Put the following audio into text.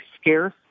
scarce